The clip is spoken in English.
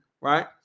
right